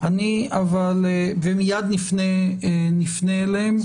ומיד נפנה אליהם.